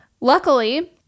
Luckily